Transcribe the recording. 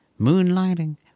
moonlighting